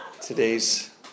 today's